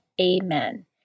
Amen